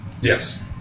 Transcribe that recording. Yes